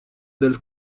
del